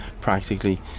practically